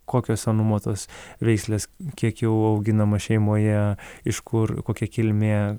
kokio senumo tos veislės kiek jų auginama šeimoje iš kur kokia kilmė